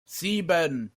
sieben